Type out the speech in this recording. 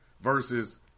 versus